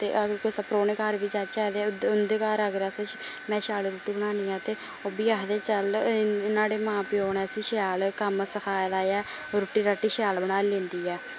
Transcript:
ते अगर कुसै परौह्ने घार बी जाह्चै ते उंदे घार अगर अस में शैल रुट्टी बनानी हे ते ओह् बी आखदे चलो न्हाड़े मां प्यो ने इसी शैल कम्म सिखाए दा ऐ रुट्टी राटी शैल बनाई लैंदी